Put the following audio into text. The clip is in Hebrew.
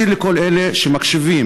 נזכיר לכל אלה שמקשיבים,